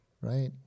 right